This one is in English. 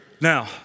Now